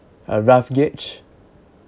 a rough gauge